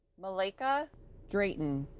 malaika drayton